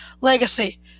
legacy